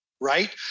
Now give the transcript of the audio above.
right